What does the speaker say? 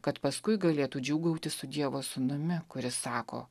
kad paskui galėtų džiūgauti su dievo sūnumi kuris sako